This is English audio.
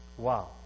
Wow